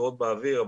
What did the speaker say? בחירות באוויר,